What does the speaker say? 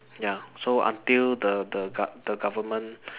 ya so until the the gov~ the government